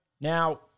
Now